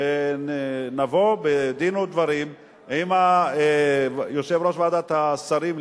שנבוא בדין ודברים עם יושב-ראש ועדת השרים